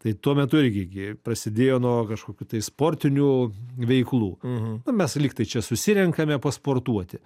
tai tuo metu irgi gi prasidėjo nuo kažkokių tai sportinių veiklų na mes lygtai čia susirenkame pasportuoti